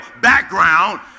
background